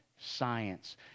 science